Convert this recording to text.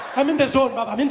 i'm in the zone baba, i mean